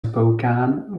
spokane